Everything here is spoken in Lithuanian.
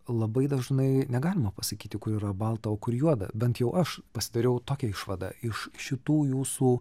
labai dažnai negalima pasakyti kur yra balta o kur juoda bent jau aš pasidariau tokią išvadą iš šitų jūsų